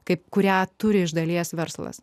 kaip kurią turi iš dalies verslas